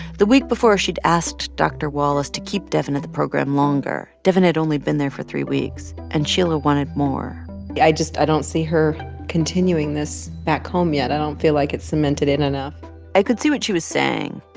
the week before, she'd asked dr. wallace to keep devyn at the program longer. devyn had only been there for three weeks. and sheila wanted more i just i don't see her continuing this back home yet. i don't feel like it cemented in enough i could see what she was saying.